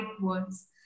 words